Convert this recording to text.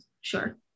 sure